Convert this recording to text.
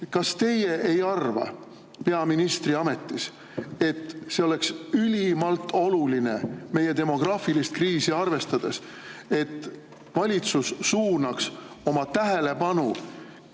Kas teie ei arva peaministri ametis, et see oleks ülimalt oluline meie demograafilist kriisi arvestades, et valitsus suunaks oma tähelepanu